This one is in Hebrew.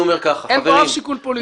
אין פה אף שיקול פוליטי.